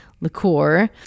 liqueur